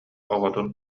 оҕотун